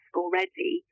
already